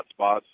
hotspots